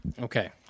Okay